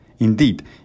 Indeed